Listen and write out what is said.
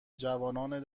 جوانان